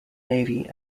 navy